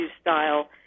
style